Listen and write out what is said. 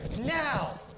now